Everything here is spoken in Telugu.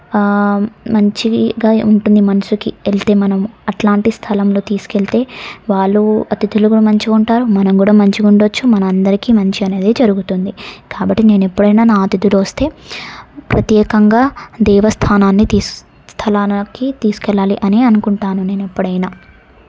మంచిగా ఉంటుంది మనసుకి వెళితే మనము అట్లాంటి స్థలంలో తీసుకెళితే వాళ్ళు అతిథులు కూడా మంచిగా ఉంటారు మనం కూడా మంచిగా ఉండవచ్చు మనందరికీ మంచి అనేదే జరుగుతుంది కాబట్టి నేను ఎప్పుడైనా నా అతిథులు వస్తే ప్రత్యేకంగా దేవస్థానాన్ని తీసి స్థలానికి తీసుకెళ్ళాలి అని అనుకుంటాను నేను ఎప్పుడైనా